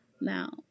now